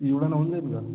एवढ्यानं होऊन जाईल का